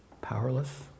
powerless